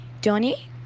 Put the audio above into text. Johnny